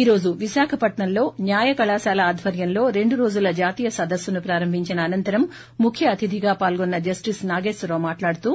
ఈరోజు విశాఖపట్నంలో న్యాయకళాశాల ఆధ్వర్యంలో రెండు రోజుల జాతీయ సదస్సును ప్రారంభించిన అనంతరం ముఖ్యఅతిధిగా పాల్గొన్న జస్లిస్ నాగేశ్వరరావు మాట్లాడుతూ